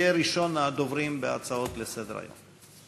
יהיה ראשון הדוברים בהצעות לסדר-היום.